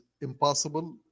impossible